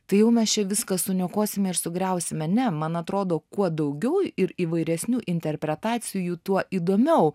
tai jau mes čia viską suniokosime ir sugriausime ne man atrodo kuo daugiau ir įvairesnių interpretacijų tuo įdomiau